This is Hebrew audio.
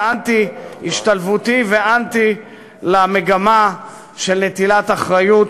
אנטי-השתלבותי ואנטי מגמה של נטילת אחריות